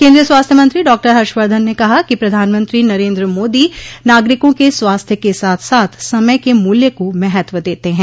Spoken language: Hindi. केन्द्रीय स्वास्थ्य मंत्री डॉक्टर हर्षवर्धन ने कहा कि प्रधानमंत्री नरेन्द्र मोदी नागरिकों के स्वास्थ्य के साथ साथ समय के मूल्य को महत्व देते हैं